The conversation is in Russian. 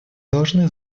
должны